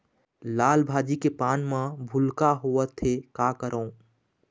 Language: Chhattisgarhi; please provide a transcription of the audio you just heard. लाल भाजी के पान म भूलका होवथे, का करों?